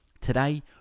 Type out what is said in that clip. Today